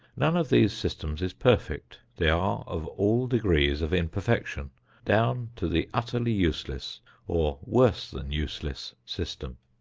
none of these systems is perfect. they are of all degrees of imperfection down to the utterly useless or worse than useless system.